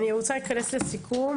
אני רוצה להתכנס לסיכום